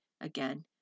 Again